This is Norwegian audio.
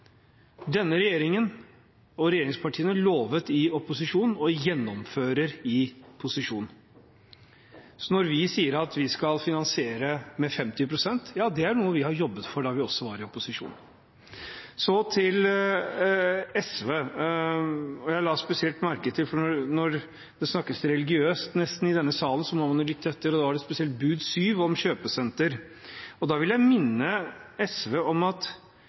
Denne regjeringen og regjeringspartiene lovet i opposisjon og gjennomfører i posisjon. Når vi sier at vi skal finansiere med 50 pst., er det noe vi jobbet for da vi var i opposisjon. Så til SV: Når det snakkes nesten religiøst i denne sal, må man lytte, og jeg la spesielt merke til bud syv om kjøpesenter. Da vil jeg minne SV om at